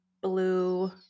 blue